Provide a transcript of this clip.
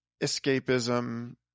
escapism